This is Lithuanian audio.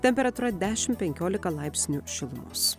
temperatūra dešimt penkiolika laipsnių šilumos